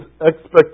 expectations